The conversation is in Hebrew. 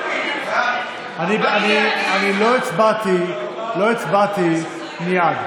באתי להצביע, לא הצבעתי מייד.